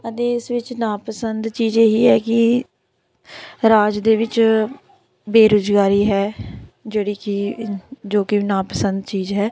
ਅਤੇ ਇਸ ਵਿੱਚ ਨਾ ਪਸੰਦ ਚੀਜ਼ ਇਹ ਹੀ ਹੈ ਕਿ ਰਾਜ ਦੇ ਵਿੱਚ ਬੇਰੁਜ਼ਗਾਰੀ ਹੈ ਜਿਹੜੀ ਕਿ ਜੋ ਕਿ ਨਾਪਸੰਦ ਚੀਜ਼ ਹੈ